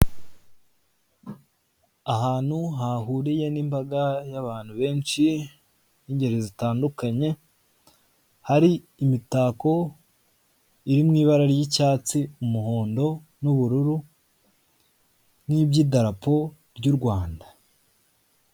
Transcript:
Ahantu hahuriye n'imbaga y'abantu benshi b'ingeri zitandukanye hari imitako iri mu ibara ry'icyatsi, umuhondo n'ubururu nk'iby'idarapo ry'u Rwanda.